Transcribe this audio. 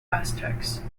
aztecs